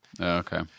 Okay